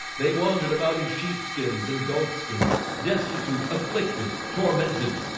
they wandered about in sheepskins and goatskins destitute afflicted tormented